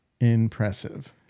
impressive